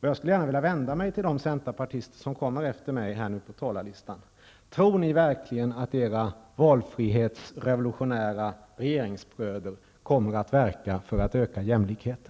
Jag vill fråga de centerpartister som kommer efter mig på talarlistan: Tror ni verkligen att era valfrihetsrevolutionära regeringsbröder kommer att verka för att öka jämlikheten?